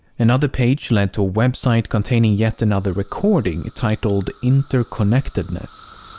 another page lead to a website containing yet another recording titled interconnectedness.